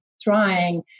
trying